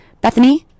bethany